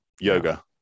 yoga